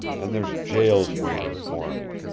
and there's jails waiting for me,